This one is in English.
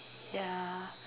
yeah